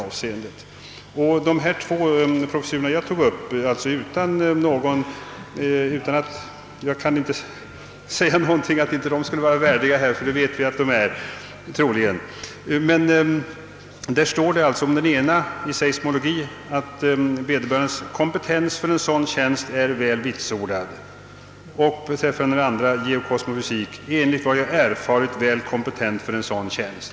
Angående de föreslagna innehavarna av de två professurer jag berörde — jag påstår inte att de inte skulle vara värdiga, ty det vet vi att de är — stär det om laboratorn i seismologi att »vederbörandes kompetens för en sådan tjänst är väl vitsordad» och om labora torn i geokosmofysik att han är »enligt vad jag erfarit väl kompetent för en sådan tjänst».